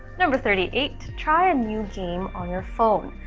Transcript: number thirty eight to try a new game on your phone.